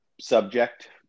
subject